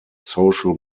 social